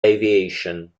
aviation